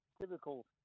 typical